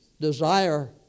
desire